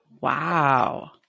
Wow